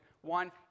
One